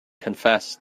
confessed